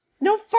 no